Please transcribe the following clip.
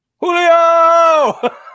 Julio